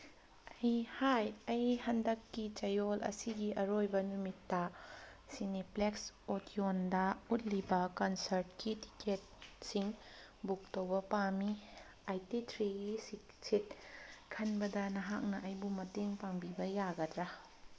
ꯍꯥꯏ ꯑꯩ ꯍꯟꯗꯛꯀꯤ ꯆꯌꯣꯜ ꯑꯁꯤꯒꯤ ꯑꯔꯣꯏꯕ ꯅꯨꯃꯤꯠꯇ ꯁꯤꯅꯤꯄ꯭ꯂꯦꯛꯁ ꯑꯣꯗꯤꯌꯣꯟꯗ ꯎꯠꯂꯤꯕ ꯀꯟꯁꯔꯠꯀꯤ ꯇꯤꯀꯦꯠꯁꯤꯡ ꯕꯨꯛ ꯇꯧꯕ ꯄꯥꯝꯃꯤ ꯑꯥꯏꯇꯤ ꯊ꯭ꯔꯤꯒꯤ ꯁꯤꯠ ꯈꯟꯕꯗ ꯅꯍꯥꯛꯅ ꯑꯩꯕꯨ ꯃꯇꯦꯡ ꯄꯥꯡꯕꯤꯕ ꯌꯥꯒꯗ꯭ꯔꯥ